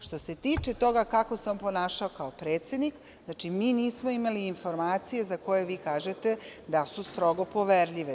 Što se tiče toga kako se on ponašao kao predsednik, znači, mi nismo imali informacije za koje vi kažete da su strogo poverljive.